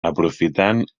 aprofitant